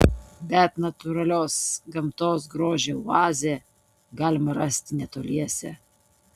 bet natūralios gamtos grožio oazę galima rasti netoliese